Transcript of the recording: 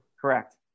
Correct